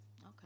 Okay